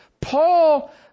Paul